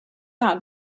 out